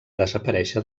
desaparèixer